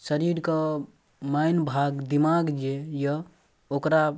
शरीरके माइण्ड भाग दिमाग जे अइ ओकरा